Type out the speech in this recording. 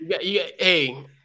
Hey